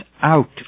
out